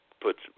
puts